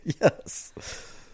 Yes